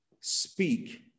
speak